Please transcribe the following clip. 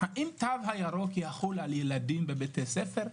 האם התו הירוק יחול על ילדים בבתי ספר,